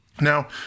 Now